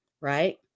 right